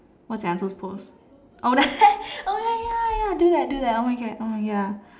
what's that I'm supposed to post oh that oh ya ya ya do that do that oh my God oh my ya